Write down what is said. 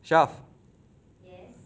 syaf